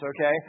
okay